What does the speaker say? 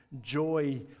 joy